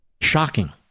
Shocking